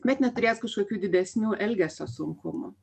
bet neturės kažkokių didesnių elgesio sunkumų